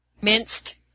minced